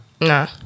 No